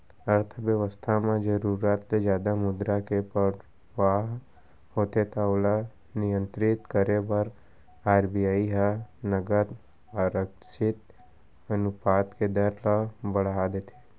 अर्थबेवस्था म जरुरत ले जादा मुद्रा के परवाह होथे त ओला नियंत्रित करे बर आर.बी.आई ह नगद आरक्छित अनुपात के दर ल बड़हा देथे